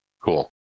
Cool